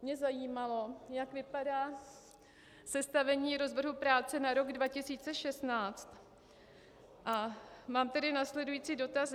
Mě zajímalo, jak vypadá sestavení rozvrhu práce na rok 2016, a mám tedy následující dotazy.